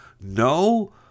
no